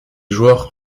joueurs